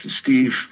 Steve